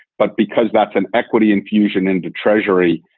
but because that's an equity infusion into treasury,